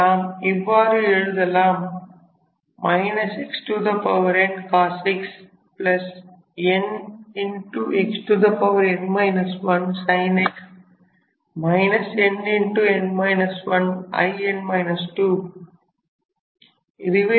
இதை நாம் இவ்வாறு எழுதலாம் xn cos x nxn 1 sin x n In 2